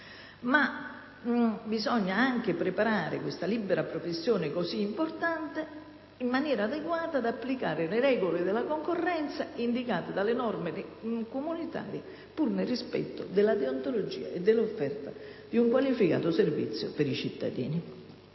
Bisogna anche preparare questa libera professione così importante in maniera adeguata ad applicare le regole della concorrenza indicate dalle norme comunitarie, pur nel rispetto della deontologia e dell'offerta di un qualificato servizio per i cittadini.